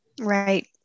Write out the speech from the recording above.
Right